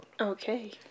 Okay